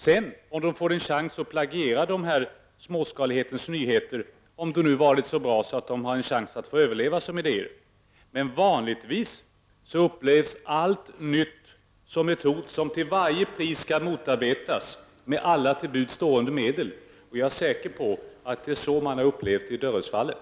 Får de sedan en chans, plagierar de småskalighetens nyheter, om denna varit så bra att de haft en chans att överleva som idéer. Vanligtvis upplevs allt nytt som ett hot, som till varje pris skall motarbetas med alla till buds stående medel. Jag är säker på att det är så man har upplevt Dörrödsfallet.